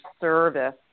service